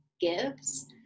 gives